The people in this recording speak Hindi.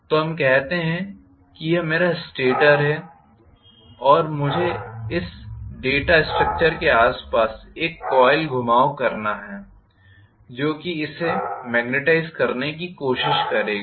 तो हम कहते हैं कि यह मेरा स्टेटर है और मुझे इस डेटा स्ट्रक्चर के आसपास एक कोइल का घुमाव करना है जो इसे मेग्नेटाईज़ करने की कोशिश करेगा